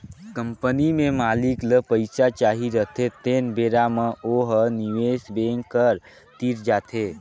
company में मालिक ल पइसा चाही रहथें तेन बेरा म ओ ह निवेस बेंकर तीर जाथे